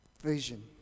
vision